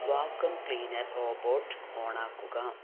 vacuum cleaner robot on ആക്കുക